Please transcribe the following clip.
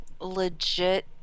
Legit